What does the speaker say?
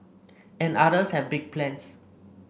and others have big plans